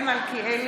אמרתי.